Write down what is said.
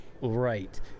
right